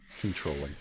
controlling